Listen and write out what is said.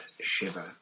shiver